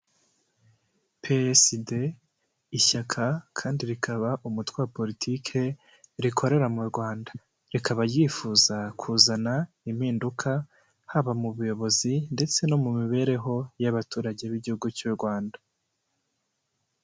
PSD ishyaka kandi rikaba umutwe wa politike, rikorera mu Rwanda. Rikaba ryifuza kuzana impinduka haba mu buyobozi ndetse no mu mibereho y'abaturage b'igihugu cy'u Rwanda.